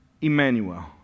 Emmanuel